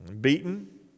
Beaten